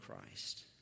Christ